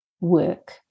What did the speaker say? work